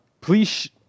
please